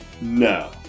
No